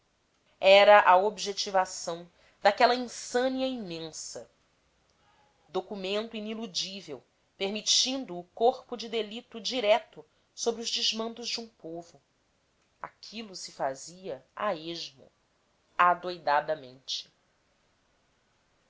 era a objetivação daquela insânia imensa documento iniludível permitindo o corpo de delito direto sobre os desmandos de um povo aquilo se fazia a esmo